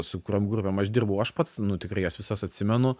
su kuriom grupėm aš dirbau aš pats nu tikrai jas visas atsimenu